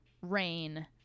rain